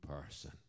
person